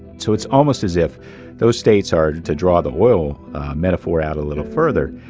so it's almost as if those states are, to to draw the oil metaphor out a little further,